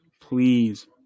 Please